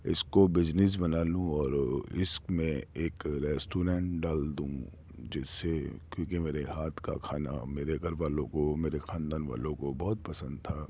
اس کو بجنس بنا لوں اور اس میں ایک ریسٹورینٹ ڈال دوں جس سے کیونکہ میرے ہاتھ کا کھانا میرے گھر والوں کو میرے خاندان والوں کو بہت پسند تھا